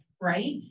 right